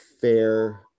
fair